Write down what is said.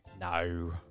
No